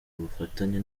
ubufatanye